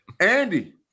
Andy